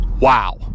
wow